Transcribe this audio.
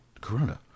Corona